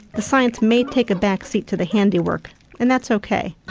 the science may take a back seat to the handiwork and that's ok.